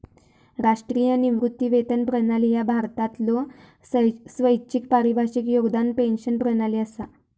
राष्ट्रीय निवृत्ती वेतन प्रणाली ह्या भारतातलो स्वैच्छिक परिभाषित योगदान पेन्शन प्रणाली असा